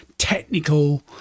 technical